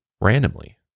randomly